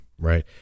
right